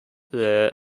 their